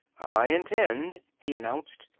i intend, he announced,